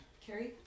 Carrie